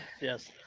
Yes